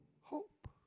hope